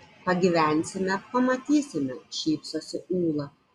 pagyvensime pamatysime šypsosi ūla